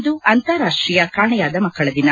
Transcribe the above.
ಇಂದು ಅಂತಾರಾಷ್ಟೀಯ ಕಾಣೆಯಾದ ಮಕ್ಕಳ ದಿನ